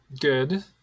Good